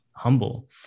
humble